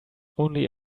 only